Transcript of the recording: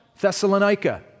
Thessalonica